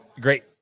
great